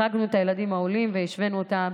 החרגנו את הילדים העולים והשווינו אותם